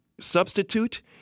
substitute